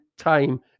Time